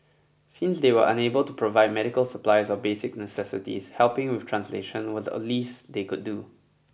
since they were unable to provide medical supplies or basic necessities helping with translations was the least they could do